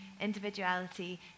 individuality